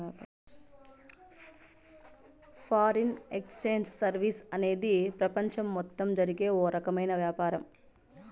foreign exchange services అనేది ప్రపంచం మొత్తం జరిగే ఓ రకమైన వ్యాపారం